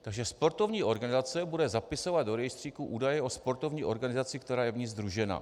Takže sportovní organizace bude zapisovat do rejstříku údaje o sportovní organizaci, která je v ní sdružena.